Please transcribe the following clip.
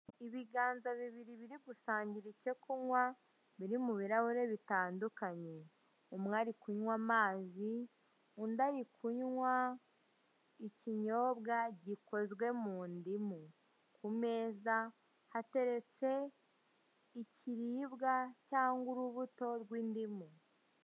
Ibiganza bibiri biri gusangira icyo kunywa, biri mu birahure bitandukanye. Umwe ari kunywa amazi, undi ari kunywa ikinyobwa gikozwe mu ndimu. Kumeza hateretse ikiribwa cyangwa urubuto rw'indimu.